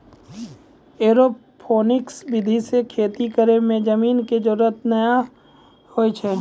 aeroponics विधि सॅ खेती करै मॅ जमीन के जरूरत नाय होय छै